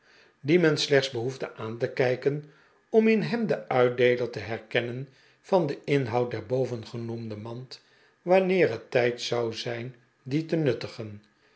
dien men slechts behoefde aan te kijken om in hem den uitdeeler te herkennen van den inhoud der bovengenoemde mand wanneer het tijd zou zijn dien te nuttigen